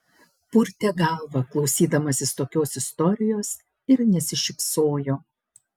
purtė galvą klausydamasis tokios istorijos ir nesišypsojo